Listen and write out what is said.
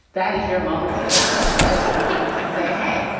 that is your moment to shine that is your moment to say, hey,